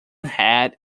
head